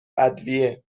ادویه